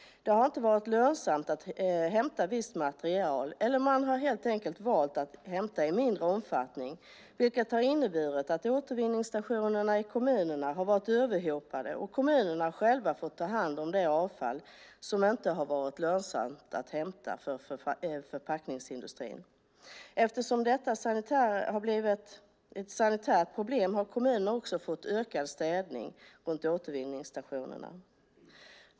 Det har inte varit lönsamt att hämta visst material eller så har man valt att hämta i mindre omfattning, vilket har inneburit att återvinningsstationer i kommunerna har varit överhopade. Kommunerna har själva fått ta hand om det avfall som inte har varit lönsamt att hämta för förpackningsindustrin. Eftersom detta blivit ett sanitärt problem har kommunerna också fått öka städningen runt återvinningsstationerna.